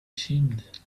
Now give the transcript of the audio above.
seemed